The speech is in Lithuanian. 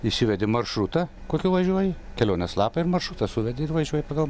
įsivedi maršrutą kokiu važiuoji kelionės lapą ir maršrutą suvedi ir važiuoji pagal